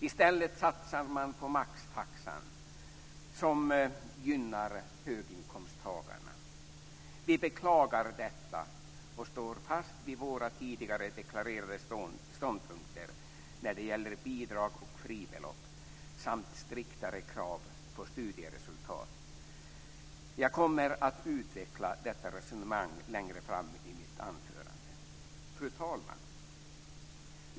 I stället satsar man på maxtaxan, som gynnar höginkomsttagarna. Vi beklagar detta och står fast vid våra tidigare deklarerade ståndpunkter när det gäller bidrag och fribelopp samt striktare krav på studieresultat. Jag kommer att utveckla detta resonemang längre fram i mitt anförande. Fru talman!